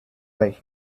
like